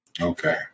okay